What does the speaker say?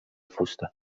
fusta